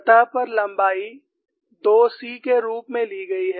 सतह पर लंबाई 2 c के रूप में ली गई है